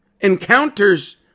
Encounters